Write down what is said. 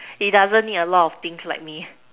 he doesn't need a lot of things like me